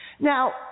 Now